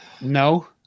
No